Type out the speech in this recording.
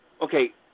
okay